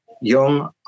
young